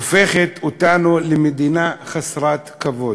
הופכים אותנו למדינה חסרת כבוד.